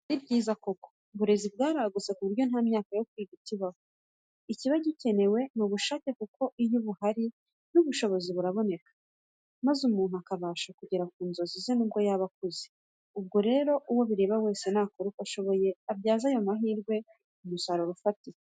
Iterambere ni ryiza koko! Uburezi bwaragutse ku buryo nta myaka yo kwiga ikibaho, ikiba gikenewe ni ubushake kuko iyo buhari n'ubushobozi buraboneka, maze umuntu akabasha kugera ku nzozi ze nubwo yaba akuze. Ubwo rero uwo bireba wese nakore uko ashoboye abyaze ayo mahirwe umusaruro ufatika.